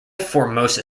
formosa